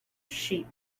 sheep